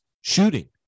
shooting